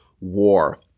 war